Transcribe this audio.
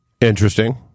Interesting